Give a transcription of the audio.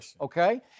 Okay